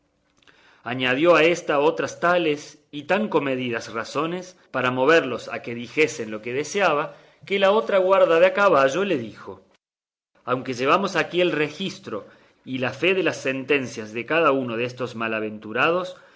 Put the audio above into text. añadió a éstas otras tales y tan comedidas razones para moverlos a que dijesen lo que deseaba que la otra guarda de a caballo le dijo aunque llevamos aquí el registro y la fe de las sentencias de cada uno destos malaventurados